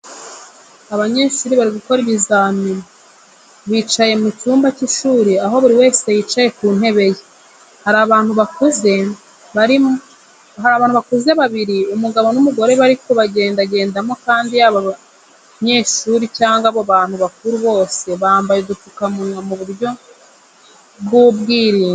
Abanyeshuri bari gukora ibizamini bicaye mu cyumba cy'ishuri aho buri wese yicaye ku ntebe ye. Hari abantu bakuze babiri umugabo n'umugore bari kubagendagendamo kandi yaba abanyeshuro cyangwa abo bantu bakuru bose bambaye udupfukamunwa mu buryo bw'ubwirinzi.